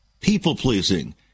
people-pleasing